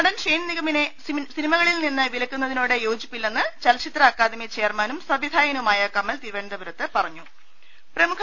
നടൻ ഷെയ്ൻ നിഗമിനെ സിനിമകളിൽ നിന്ന് വിലക്കുന്നതി നോട് യോജിപ്പില്ലെന്ന് ചലച്ചിത്ര അക്കാദമി ചെയ്ർമാനും സംവി ധായകനുമായ കമൽ തിരുവനന്തപുരത്ത് പറഞ്ഞു